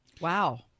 Wow